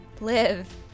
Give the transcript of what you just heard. live